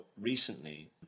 recently